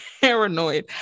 paranoid